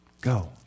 Go